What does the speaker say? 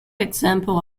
example